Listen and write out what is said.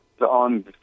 on